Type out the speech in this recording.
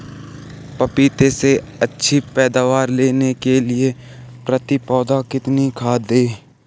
पपीते से अच्छी पैदावार लेने के लिए प्रति पौधा कितनी खाद दें?